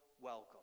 welcome